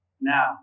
Now